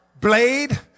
blade